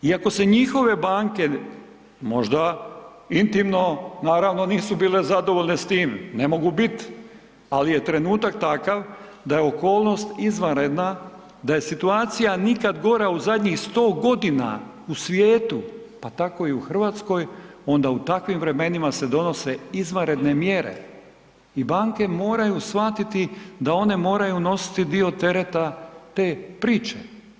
I ako su njihove banke, možda intimno naravno nisu bile zadovoljne s time, ne mogu bit, ali je trenutak takav da je okolnost izvanredna, da je situacija nikad gora u zadnjih 100.g. u svijetu, pa tako i u RH onda u takvim vremenima se donose izvanredne mjere i banke moraju shvatiti da one moraju nositi dio tereta te priče.